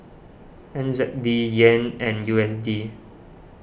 N Z D Yen and U S D